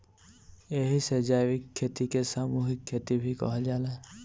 एही से जैविक खेती के सामूहिक खेती भी कहल जाला